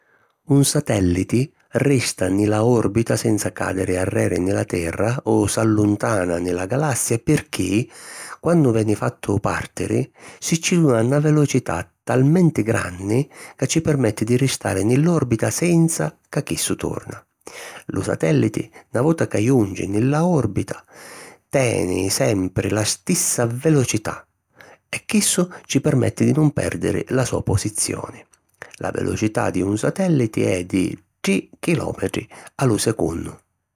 Un satèlliti resta nni la òrbita senza cadiri arreri nni la Terra o s'alluntana nni la galassia pirchì quannu veni fattu pàrtiri, si ci duna na velocità talmenti granni ca ci permetti di ristari nni la òrbita senza ca chissu torna. Lu satèlliti, na vota ca junci nni la òrbita, teni sempri la stissa velocità e chissu ci permetti di nun pèrdiri la so posizioni. La velocità di un satèlliti e di tri chilòmetri a lu secunnu.